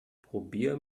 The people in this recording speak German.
probier